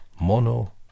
Mono